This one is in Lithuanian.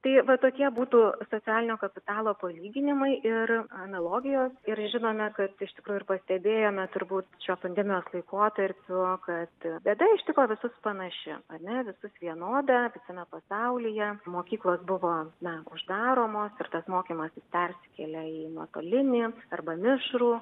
tai va tokie būtų socialinio kapitalo palyginimai ir analogijos ir žinome kad iš tikrųjų ir pastebėjome turbūt šios pandemijos laikotarpiu kad bėda ištiko visus panaši ar ne visus vienoda visame pasaulyje mokyklos buvo na uždaromos ir tas mokymas persikėlė į nuotolinį arba mišrų